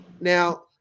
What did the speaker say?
Now